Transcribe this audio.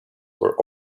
were